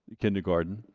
kindergarten.